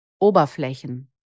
Oberflächen